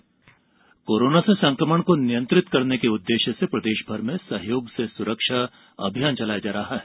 सहयोग से सुरक्षा कोरोना संक्रमण को नियंत्रित करने के उद्देश्य से प्रदेशभर में सहयोग से सुरक्षा अभियान चलाया जा रहा है